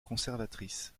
conservatrice